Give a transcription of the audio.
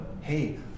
hey